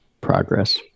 progress